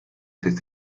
sest